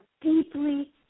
deeply